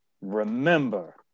Remember